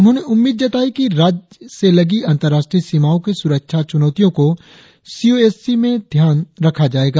उन्होंने उम्मीद जताई है कि राज्य से लगी अंतर्राष्ट्रीय सीमाओं की सुरक्षा चुनौतियों को सी ओ एस सी में ध्यान रखा जायेगा